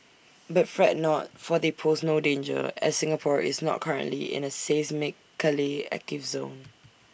but fret not for they pose no danger as Singapore is not currently in A seismically active zone